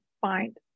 find